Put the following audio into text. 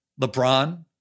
LeBron